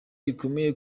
rikomeye